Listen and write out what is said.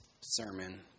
sermon